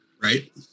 Right